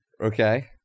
Okay